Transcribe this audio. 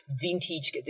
vintage